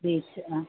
beach ആ